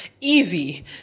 easy